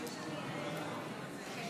מבקש לעלות את הצעת חוק העונשין )תיקון,